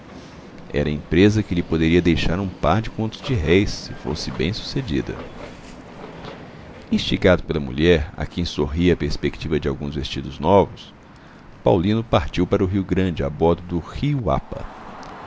era empresa que lhe poderia deixar um par de contos de réis se fosse bem sucedida instigado pela mulher a quem sorria a perspectiva de alguns vestidos novos paulino partiu para o rio grande a bordo do rio apa